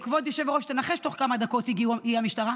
כבוד היושב-ראש, תנחש תוך כמה דקות הגיעה המשטרה?